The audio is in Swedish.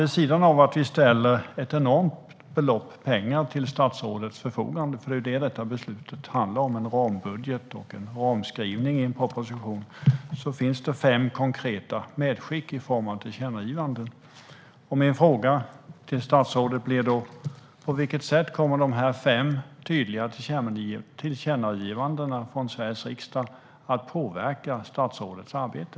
Vid sidan av att vi ställer ett enormt belopp pengar till statsrådets förfogande - för det är vad beslutet handlar om, en rambudget och en ramskrivning i en proposition - finns det fem konkreta medskick i form av tillkännagivanden. Min fråga till statsrådet blir då: På vilket sätt kommer de fem tydliga tillkännagivandena från Sveriges riksdag att påverka statsrådet arbete?